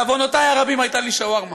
בעוונותי הרבים, הייתה לי שווארמה.